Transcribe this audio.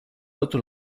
otro